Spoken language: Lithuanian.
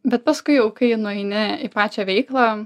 bet paskui jau kai nueini į pačią veiklą